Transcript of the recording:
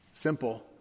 Simple